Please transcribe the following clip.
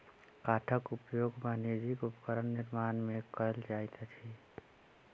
काठक उपयोग वाणिज्यक उपकरण निर्माण में कयल जाइत अछि